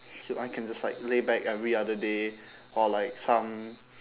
then I can just lay back every other day or like some